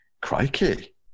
crikey